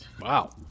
wow